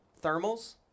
thermals